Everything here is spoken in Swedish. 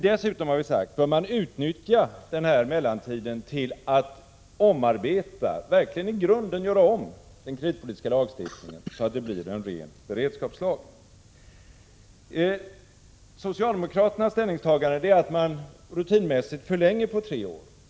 Dessutom, har vi sagt, bör man utnyttja mellantiden till att omarbeta och verkligen i grunden göra om den kreditpolitiska lagstiftningen så att det blir en ren beredskapslag. Socialdemokraternas ställningstagande är att man rutinmässigt förlänger med tre år.